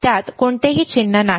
त्यात कोणतेही चिन्ह नाही